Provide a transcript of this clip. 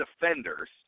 defenders